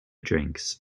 drinks